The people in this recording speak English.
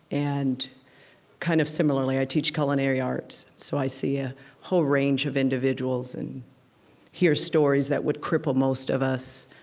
and kind of similarly, i teach culinary arts, so i see a whole range of individuals and hear stories that would cripple most of us,